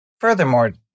Furthermore